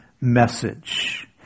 message